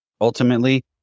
ultimately